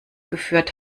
geführt